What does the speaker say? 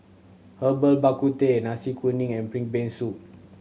Herbal Bak Ku Teh Nasi Kuning and ping brain soup